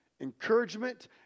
encouragement